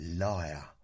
Liar